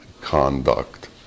conduct